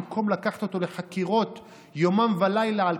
במקום לקחת אותו לחקירות יומם ולילה על